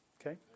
Okay